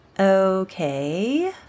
Okay